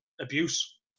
abuse